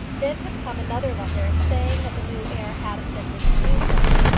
then had come another letter saying that the new heir had assented to do so.